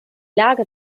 lage